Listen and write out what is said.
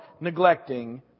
neglecting